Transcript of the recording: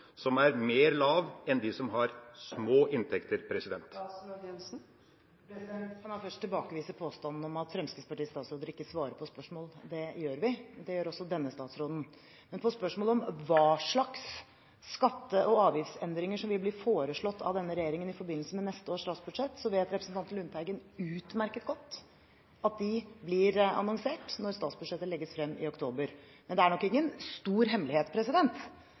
enn for dem som har små inntekter? La meg først tilbakevise påstanden om at Fremskrittspartiets statsråder ikke svarer på spørsmål. Det gjør vi – det gjør også denne statsråden, men på spørsmål om hva slags skatte- og avgiftsendringer som vil bli foreslått av denne regjeringen i forbindelse med neste års statsbudsjett, vet representanten Lundteigen utmerket godt at de blir annonsert når statsbudsjettet legges frem i oktober. Men det er nok ingen stor hemmelighet